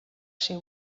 ser